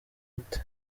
ute